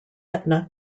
etna